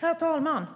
Herr talman!